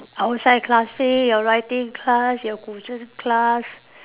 outside class your writing class your Guzheng class